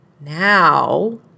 now